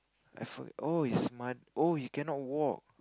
I forget oh he's ma~ oh he cannot walk